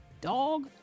Dog